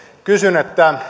kysyn